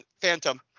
Phantom